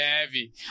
heavy